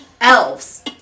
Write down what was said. elves